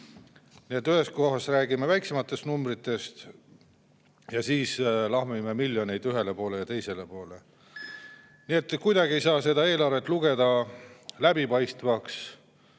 Nii et ühes kohas räägime väiksematest numbritest ning siis lahmime miljoneid ühele ja teisele poole. Nii et kuidagi ei saa seda eelarvet lugeda läbipaistvamaks